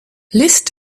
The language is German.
list